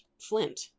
Flint